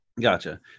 Gotcha